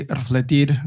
refletir